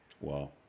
Wow